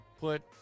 put